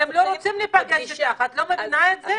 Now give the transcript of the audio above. אבל הם לא רוצים להיפגש איתך, את לא מבינה את זה?